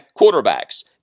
quarterbacks